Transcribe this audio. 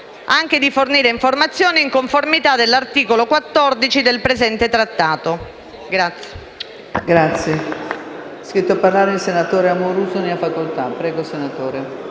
anche di fornire informazioni in conformità dell'articolo 14 del presente Trattato.